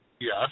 Yes